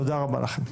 תודה רבה לכם.